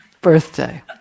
birthday